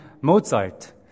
Mozart